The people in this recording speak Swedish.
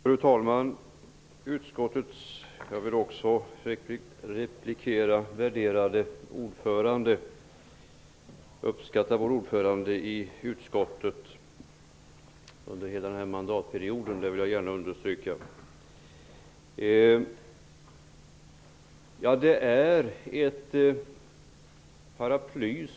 Fru talman! Jag vill också replikera vår värderade ordförande. Jag har under hela mandatperioden uppskattat utskottets ordförande. Det vill jag gärna understryka. Reservationen utgör ett paraply.